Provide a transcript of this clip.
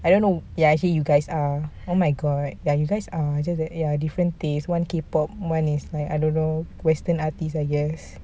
I don't know ya actually you guys are oh my god ya you guys are just that ya different taste one K pop one is like I don't know western artists I guess